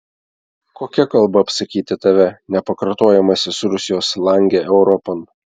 kokia kalba apsakyti tave nepakartojamasis rusijos lange europon